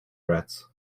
rats